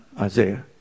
Isaiah